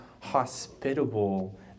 hospitable